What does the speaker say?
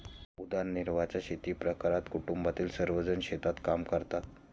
उदरनिर्वाहाच्या शेतीप्रकारात कुटुंबातील सर्वजण शेतात काम करतात